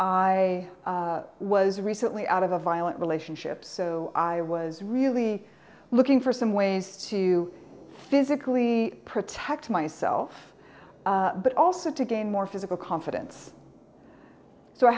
i was recently out of a violent relationship so i was really looking for some ways to physically protect myself but also to gain more physical confidence so i